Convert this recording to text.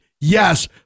yes